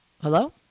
Hello